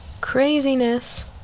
craziness